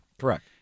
Correct